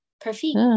Perfect